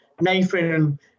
Nathan